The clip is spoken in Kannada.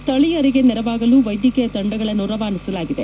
ಸ್ಥಳೀಯರಿಗೆ ನೆರವಾಗಲು ವೈದ್ಯಕೀಯ ತಂಡಗಳನ್ನು ರವಾನಿಸಲಾಗಿದೆ